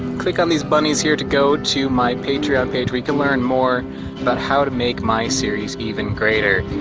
click on these bunnies here to go to my patreon page where can learn more about how to make my series even greater.